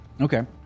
okay